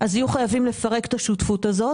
אז יהיו חייבים לפרק את השותפות הזאת.